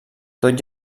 tot